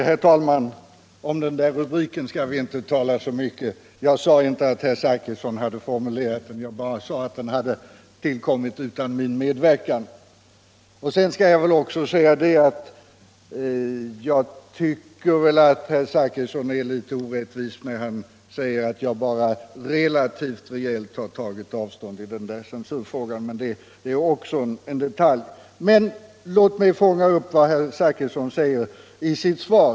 Herr talman! Om rubriken till denna fråga skall vi inte tala så mycket. Jag sade inte att herr Zachrisson hade formulerat den, utan jag sade att den hade tillkommit utan min medverkan. Men jag tycker att herr Zachrisson är litet orättvis när han säger att jag bara relativt rejält har tagit avstånd i censurfrågan. Även det är dock bara en detalj. Låt mig emellertid fånga upp vad herr Zachrisson sagt i sitt svar.